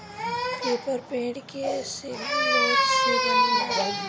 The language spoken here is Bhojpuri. पेपर पेड़ के सेल्यूलोज़ से बनेला